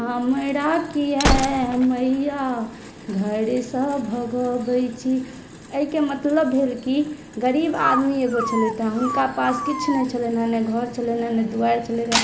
हमरा किया मैया घरसँ भगबै छी एहिके मतलब भेल कि गरीब आदमी एगो छलथि हुनका पास किछु नहि छलनि ने घर छलनि ने दुआरि छलनि